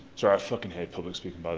sorry, i fucking hate public speaking, but